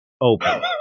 open